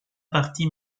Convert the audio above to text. partie